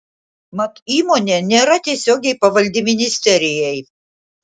mat įmonė nėra tiesiogiai pavaldi ministerijai